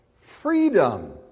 freedom